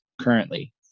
currently